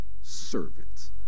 servant